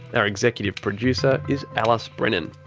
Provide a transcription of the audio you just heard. our executive producer is alice brennan.